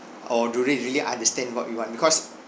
or do they really understand what we want because